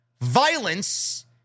Violence